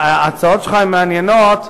ההצעות שלך מעניינות,